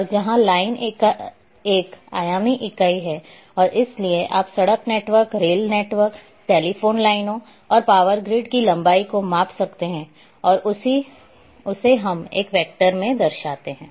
और जहां लाइन एक आयामी इकाई है और इसलिए आप सड़क नेटवर्क रेल नेटवर्क टेलीफोन लाइनों और पावर ग्रिड की लंबाई को माप सकते हैंऔर उसे हम एक वेक्टर में दर्शाते हैं